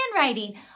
handwriting